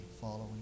following